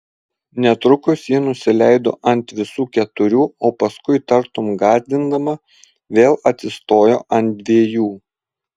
netrukus ji nusileido ant visų keturių o paskui tartum gąsdindama vėl atsistojo ant dviejų